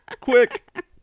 Quick